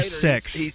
six